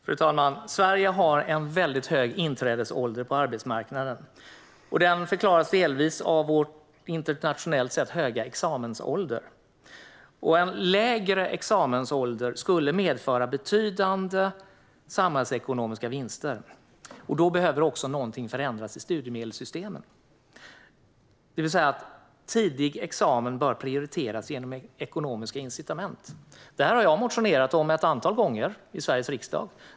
Fru talman! Sverige har en väldigt hög inträdesålder på arbetsmarknaden. Den förklaras delvis av vår internationellt sett höga examensålder. En lägre examensålder skulle medföra betydande samhällsekonomiska vinster, och då behöver också någonting förändras i studiemedelssystemen. Tidig examen bör prioriteras genom ekonomiska incitament. Det här har jag motionerat om ett antal gånger i Sveriges riksdag.